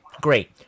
great